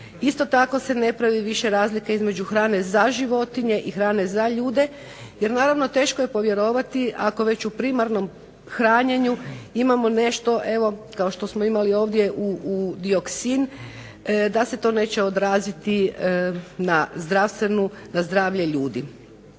Isto tako se ne pravi više razlika između hrane za životinje i hrane za ljude jer naravno teško je povjerovati ako već u primarnom hranjenju imamo nešto, evo kao što smo imali ovdje dioksin, da se to neće odraziti na zdravlje ljudi.